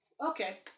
okay